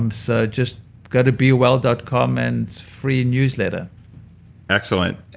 um so just go to bewell dot com and free newsletter excellent.